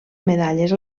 medalles